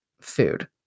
food